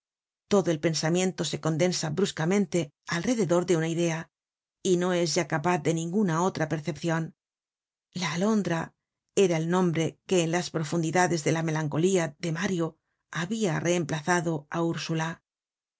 todo el pensamiento se condensa bruscamente alrededor de una idea y no es ya capaz de ninguna otra percepcion la alondra era el nombre que en las profundidades de la melancolía de mario habia reemplazado á ursula